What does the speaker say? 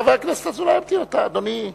חבר הכנסת אזולאי ימתין, אדוני.